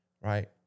right